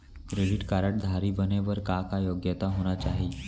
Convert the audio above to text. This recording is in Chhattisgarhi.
क्रेडिट कारड धारी बने बर का का योग्यता होना चाही?